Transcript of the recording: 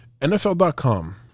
NFL.com